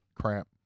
crap